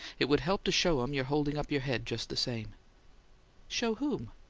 it would help to show em you're holding up your head just the same show whom!